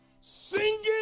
Singing